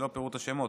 ללא פירוט השמות,